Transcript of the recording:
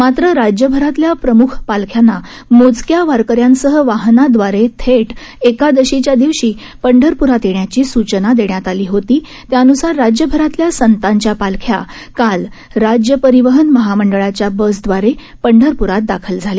मात्र राज्यभरातल्या प्रमुख पालख्यांना मोजक्या वारकऱ्यांसह वाहनादवारे थेट एकादशीच्या दिवशी पंढरप्रात येण्याची सूचना देण्यात आली होती त्यान्सार राज्यभरातल्या संतांच्या पालख्या काल राज्य परीवहन महामंडळांच्या बसदवारे पंढरप्रात दाखल झाल्या